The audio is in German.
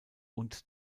und